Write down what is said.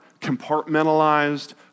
compartmentalized